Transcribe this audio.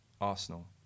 Arsenal